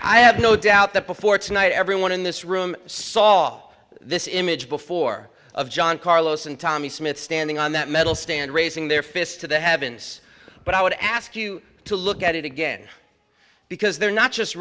i have no doubt that before tonight everyone in this room saw this image before of john carlos and tommie smith standing on that metal stand raising their fists to the heavens but i would ask you to look at it again because they're not just